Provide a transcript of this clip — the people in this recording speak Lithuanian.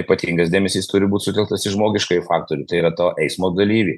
ypatingas dėmesys turi būt sutelktas į žmogiškąjį faktorių tai yra to eismo dalyviai